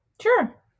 sure